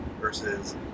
versus